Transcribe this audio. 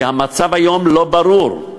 כי המצב היום לא ברור.